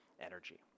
energy